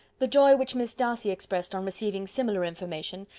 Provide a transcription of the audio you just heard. the joy which miss darcy expressed on receiving similar information,